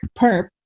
perp